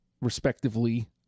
respectively